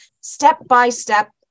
step-by-step